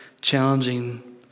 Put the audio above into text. challenging